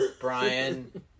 Brian